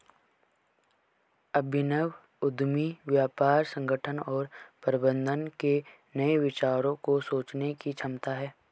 अभिनव उद्यमी व्यापार संगठन और प्रबंधन के नए विचारों को सोचने की क्षमता है